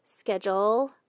schedule